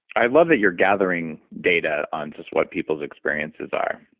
i love that you're gathering data on just what people's experiences are.